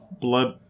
Blood